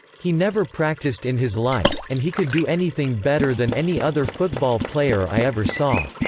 he never practiced in his life, and he could do anything better than any other football player i ever saw.